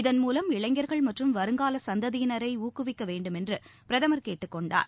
இதன்மூலம் இளைஞர்கள் மற்றும் வருங்கால சந்ததியினரை ஊக்குவிக்க வேண்டுமென்று பிரதமர் கேட்டுக் கொண்டார்